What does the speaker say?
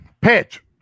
Pitch